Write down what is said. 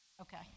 Okay